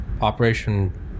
Operation